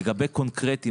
לגבי קונקרטי,